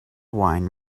wine